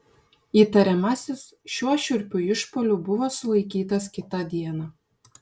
įtariamasis šiuo šiurpiu išpuoliu buvo sulaikytas kitą dieną